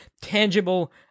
tangible